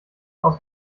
dass